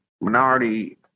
minority